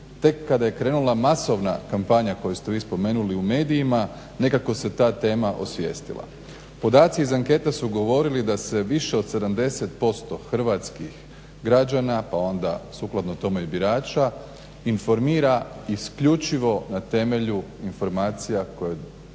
Tek kada je krenula masovna kampanja koju ste vi spomenuli u medijima nekako se ta tema osvijestila. Podaci iz anketa su govorili da se više od 70% hrvatskih građana pa onda sukladno tome i birača informira isključivo na temelju informacija koje dobivaju